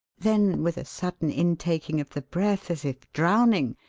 then with a sudden intaking of the breath, as if drowning,